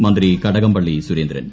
മന്ത്രി കടകംപള്ളി സുരേന്ദ്രൻ